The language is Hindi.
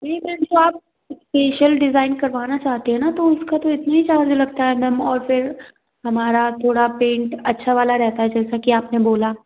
ये पेंट तो आप इस्पेशल डिज़ाइन करवाना चाहते हैं ना तो उसका तो इतना ही चार्ज लगता है मैम और फिर हमारा थोड़ा पेंट अच्छा वाला रहता है जैसा कि आप ने बोला